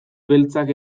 beltzak